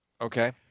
Okay